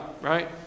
right